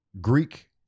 Greek